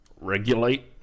Regulate